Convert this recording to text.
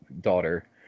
daughter